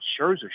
Scherzer